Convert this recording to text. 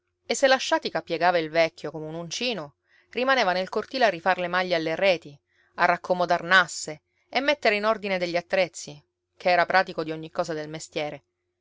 e se la sciatica piegava il vecchio come un uncino rimaneva nel cortile a rifar le maglie alle reti a raccomodar nasse e mettere in ordine degli attrezzi ché era pratico di ogni cosa del mestiere